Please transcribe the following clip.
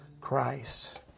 Christ